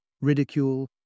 ridicule